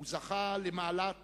הוא זכה למעלת